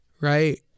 right